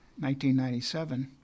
1997